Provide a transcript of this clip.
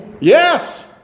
Yes